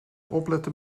opletten